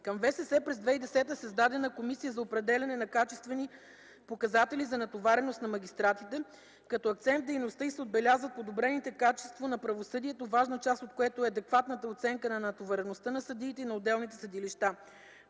Към ВСС през октомври 2010 г. е създадена Комисия за определяне на качествени показатели за натовареност на магистратите, като акцент в дейността й се отбелязва подобряване качеството на правосъдието, важна част от което е адекватната оценка на натовареността на съдиите и на отделните съдилища.